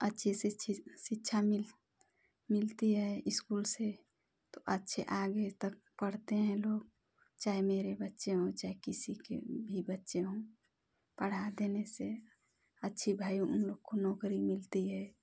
अच्छी शिक्षा मिलती है स्कूल से तो अच्छे आगे तक पढ़ते हैं लोग चाहे मेरे बच्चे हो चाहे किसी के भी बच्चे हो पढ़ा देने से अच्छी भाई उन लोगों को नौकरी मिलती है